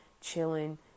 chilling